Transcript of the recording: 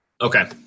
Okay